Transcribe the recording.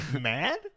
mad